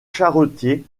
charretiers